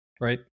Right